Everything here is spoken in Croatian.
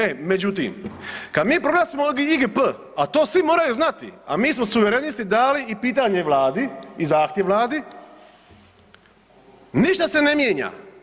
E međutim, kad mi proglasimo IGP a to svi moraju znati, a mi smo Suverenisti dali i pitanje Vladi i zahtjev Vladi ništa se ne mijenja.